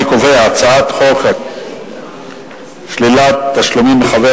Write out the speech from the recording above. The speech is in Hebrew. אני קובע שהצעת חוק שלילת תשלומים מחבר